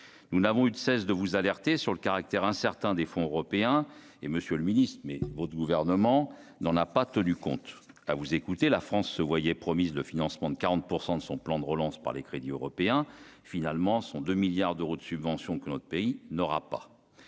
nous n'avons eu de cesse de vous alerter sur le caractère incertain des fonds européens et Monsieur le Ministre, mais votre gouvernement dans n'a pas tenu compte, à vous écouter, la France se voyaient promises le financement de 40 % de son plan de relance par les crédits européens finalement sont 2 milliards d'euros de subventions que notre pays n'aura pas